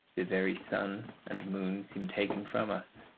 the very sun and moon seem taken from us.